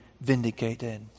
vindicated